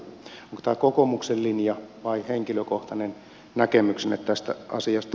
onko tämä kokoomuksen linja vai henkilökohtainen näkemyksenne tästä asiasta